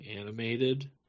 Animated